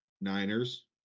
Niners